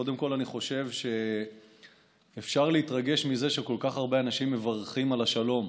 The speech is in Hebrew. קודם כול אני חושב שאפשר להתרגש מזה שכל כך הרבה אנשים מברכים על השלום.